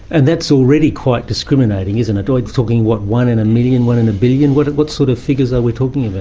and that's already quite discriminating, isn't it? it's talking, what, one in a million, one in a billion? what what sort of figures are we talking about?